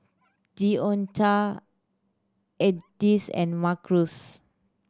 Deonta Edyth and Marquez